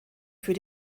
für